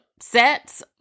sets